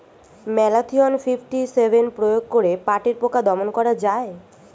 Malathion fifty seven প্রয়োগ করে পাটের পোকা দমন করা যায়?